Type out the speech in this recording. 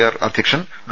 R അധ്യക്ഷൻ ഡോ